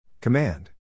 Command